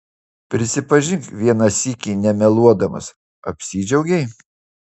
prisipažink vieną sykį nemeluodamas apsidžiaugei